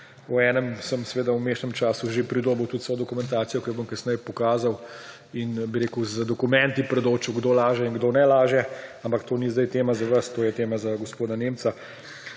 O enem sem seveda v vmesnem času že pridobil tudi vso dokumentacijo, ki jo bom kasneje pokazal in z dokumenti predočil, kdo laže in kdo ne laže, ampak to ni zdaj tema za vas, to je tema za gospoda Nemca.